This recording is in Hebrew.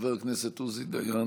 חבר הכנסת עוזי דיין,